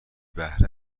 بهره